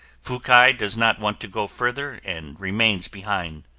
fukai does not want to go further and remains behind.